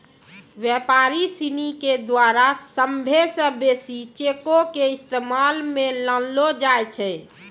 व्यापारी सिनी के द्वारा सभ्भे से बेसी चेको के इस्तेमाल मे लानलो जाय छै